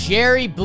Jerry